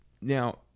Now